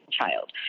child